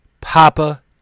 Papa